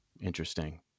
Interesting